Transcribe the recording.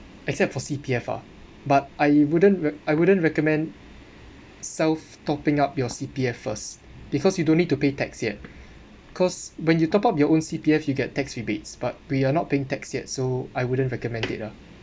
except for C_P_F ah but I wouldn't I wouldn't recommend self topping up your C_P_F first because you don't need to pay tax yet cause when you top up your own C_P_F you get tax rebates but we are not paying tax yet so I wouldn't recommend that ah